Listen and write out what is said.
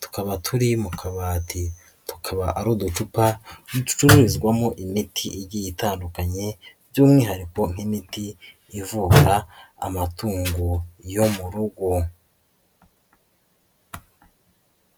tukaba turi mu kabati, tukaba ari uducupa ducuruzwamo imiti igiye itandukanye by'umwihariko nk'imiti ivura amatungo yo mu rugo.